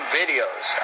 videos